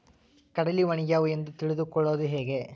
ಕಡಲಿ ಒಣಗ್ಯಾವು ಎಂದು ತಿಳಿದು ಕೊಳ್ಳೋದು ಹೇಗೆ?